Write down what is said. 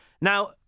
now